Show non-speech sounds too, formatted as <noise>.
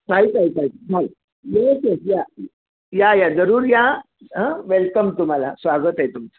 <unintelligible> या या जरूर या वेलकम तुम्हाला स्वागत आहे तुमचं